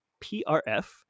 PRF